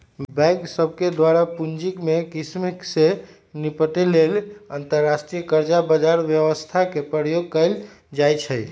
bank सभके द्वारा पूंजी में कम्मि से निपटे लेल अंतरबैंक कर्जा बजार व्यवस्था के प्रयोग कएल जाइ छइ